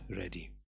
ready